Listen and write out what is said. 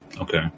Okay